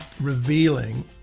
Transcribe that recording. revealing